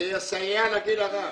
זה יסייע לגיל הרך,